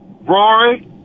Rory